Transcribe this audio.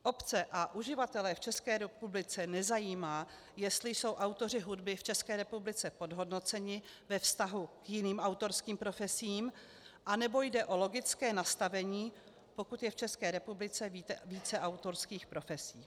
Obce a uživatele v České republice nezajímá, jestli jsou autoři hudby v České republice podhodnoceni ve vztahu k jiným autorským profesím, anebo jde o logické nastavení, pokud je v České republice více autorských profesí.